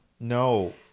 no